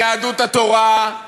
מיהדות התורה,